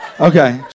Okay